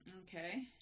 Okay